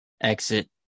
exit